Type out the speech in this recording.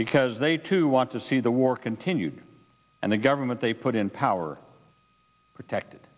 because they too want to see the war continue and the government they put in power protected